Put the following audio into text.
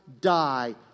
die